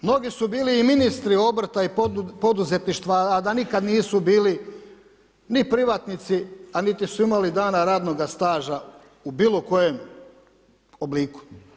Mnogi su bili i ministri obrta i poduzetništva, a da nikad nisu bili ni privatnici, a niti su imali dana radnoga staža u bilo kojem obliku.